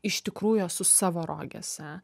iš tikrųjų esu savo rogėse